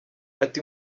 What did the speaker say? ati